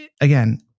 again